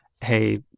Hey